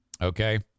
Okay